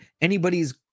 anybody's